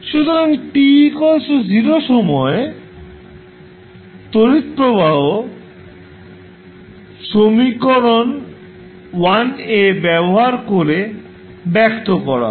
সুতরাং t 0 সময়ে তড়িৎ প্রবাহ সমীকরণ ব্যবহার করে ব্যক্ত করা হয়